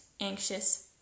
anxious